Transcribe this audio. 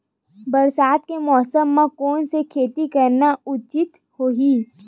बरसात के मौसम म कोन से खेती करना उचित होही?